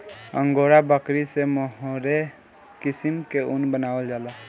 angora बकरी से mohair किसिम के ऊन बनावल जाला